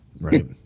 Right